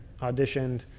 auditioned